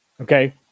Okay